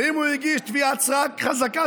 ואם הוא הגיש תביעת סרק חזקה,